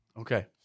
okay